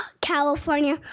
California